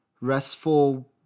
restful